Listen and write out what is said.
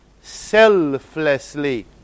selflessly